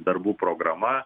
darbų programa